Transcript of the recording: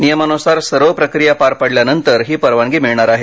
नियमानुसार सर्व प्रक्रिया पार पडल्यानंतर ही परवानगी मिळणार आहे